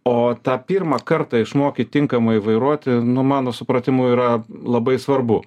o tą pirmą kartą išmokyt tinkamai vairuoti nu mano supratimu yra labai svarbu